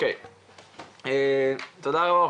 תודה רבה.